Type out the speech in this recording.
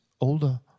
older